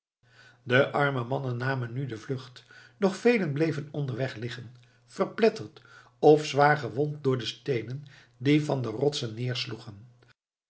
de arme mannen namen nu de vlucht doch velen bleven onderweg liggen verpletterd of zwaar gewond door de steenen die van de rotsen